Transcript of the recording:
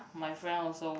my friend also